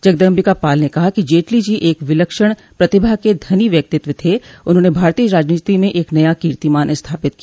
जगदम्बिका पाल ने कहा कि जेटली जी एक विलक्षण प्रतिभा के धनी व्यक्तित्व थे उन्होंने भारतीय राजनीति में एक नया कीर्तिमान स्थापित किया